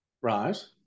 Right